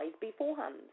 beforehand